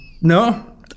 No